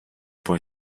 può